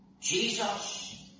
Jesus